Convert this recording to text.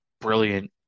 brilliant